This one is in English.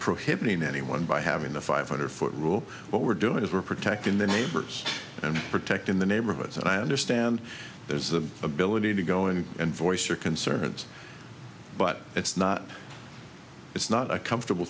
prohibiting anyone by having the five hundred foot rule what we're doing is we're protecting the neighbors and protecting the neighborhoods and i understand there's the ability to go in and voice your concerns but it's not it's not a comfortable